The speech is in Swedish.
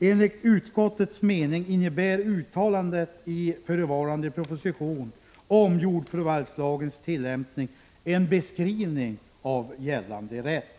Enligt utskottets mening innebär uttalandet i förevarande proposition om jordförvärvslagens tillämpning en beskrivning av gällande rätt.